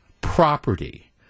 property